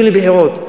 והולכים לבחירות.